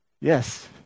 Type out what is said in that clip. Yes